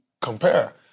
compare